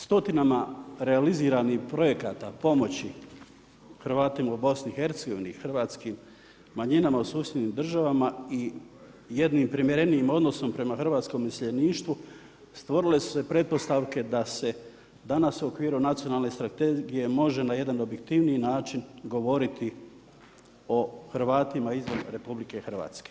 Stotinama, realiziranim projekata pomoći Hrvatima u BIH, hrvatskim manjinama u susjednim državama i jednim primjerenijim odnosom prema hrvatskom stanovništvu, stvorile su se pretpostavke da se danas u okviru nacionalne strategije može na jedan objektivniji način govoriti o Hrvatima izvan RH.